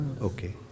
Okay